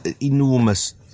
enormous